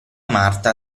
marta